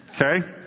Okay